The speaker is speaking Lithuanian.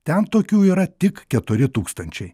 ten tokių yra tik keturi tūkstančiai